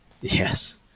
Yes